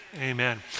amen